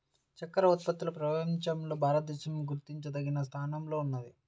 చక్కర ఉత్పత్తిలో ప్రపంచంలో భారతదేశం గుర్తించదగిన స్థానంలోనే ఉన్నది